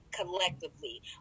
collectively